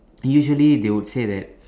usually they would say that